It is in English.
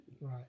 Right